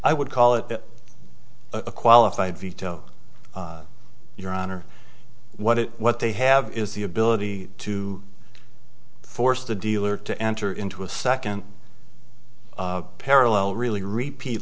i would call it a qualified veto your honor what it what they have is the ability to force the dealer to enter into a second parallel really repeat